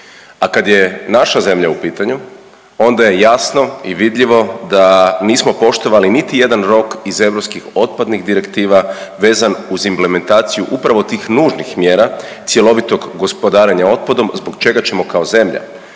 A kad je naša zemlja u pitanju onda je jasno i vidljivo da nismo poštovali niti jedan rok iz europskih otpadnih direktiva vezan uz implementaciju upravo tih nužnih mjera cjelovitog gospodarenja otpadom zbog čega ćemo kao zemlja